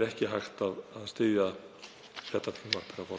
er ekki hægt að styðja þetta frumvarp.